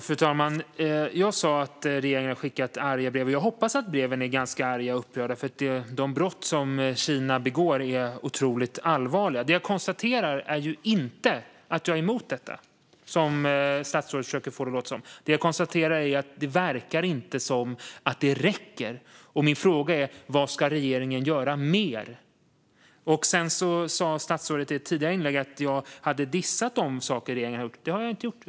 Fru talman! Jag sa att regeringen har skickat arga brev. Jag hoppas att breven är ganska arga och upprörda, för de brott som Kina begår är otroligt allvarliga. Jag konstaterar inte att jag är emot detta, vilket statsrådet får det att låta som, utan jag konstaterar att det inte verkar räcka. Min fråga är därför vad regeringen ska göra mer. Statsrådet sa i ett tidigare inlägg att jag har dissat det regeringen gjort. Det har jag inte gjort.